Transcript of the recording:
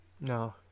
no